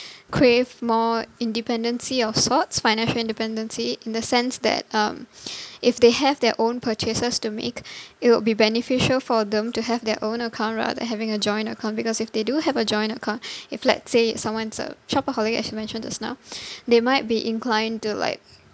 crave more independency of sorts financial independency in the sense that um if they have their own purchases to make it will be beneficial for them to have their own account rather having a joint account because if they do have a joint account if let's say someone's a shopaholic as you mentioned just now they might be inclined to like